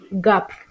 gap